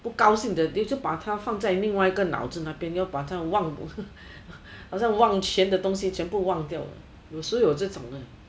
不高兴你就把它放在另外一个脑子那边你要把它忘好像忘全的东西全部忘掉有是有这种的